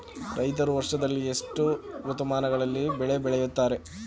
ರೈತರು ವರ್ಷದಲ್ಲಿ ಎಷ್ಟು ಋತುಮಾನಗಳಲ್ಲಿ ಬೆಳೆ ಬೆಳೆಯುತ್ತಾರೆ?